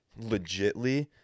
legitly